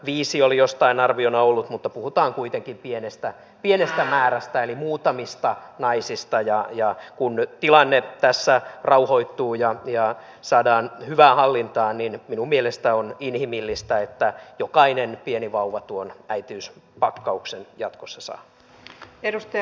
viisi oli jossain arviona ollut mutta puhutaan kuitenkin pienestä määrästä eli muutamista naisista ja kun tilanne tässä rauhoittuu ja saadaan hyvään hallintaan niin minun mielestäni on inhimillistä että jokainen pieni vauva tuon äitiyspakkauksen jatkossa saa